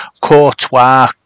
courtois